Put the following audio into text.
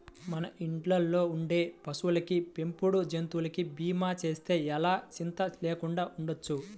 మన ఇళ్ళల్లో ఉండే పశువులకి, పెంపుడు జంతువులకి భీమా చేస్తే ఎలా చింతా లేకుండా ఉండొచ్చు